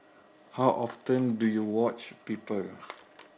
how often do you watch people